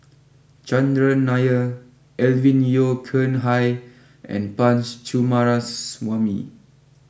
Chandran Nair Alvin Yeo Khirn Hai and Punch Coomaraswamy